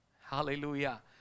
Hallelujah